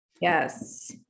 Yes